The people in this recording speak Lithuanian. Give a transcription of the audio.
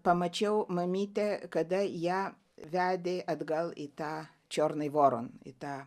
pamačiau mamytę kada ją vedė atgal į tą čiurnyj voron į tą